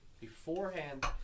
beforehand